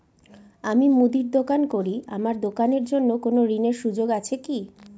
আমি মুদির দোকান করি আমার দোকানের জন্য কোন ঋণের সুযোগ আছে কি?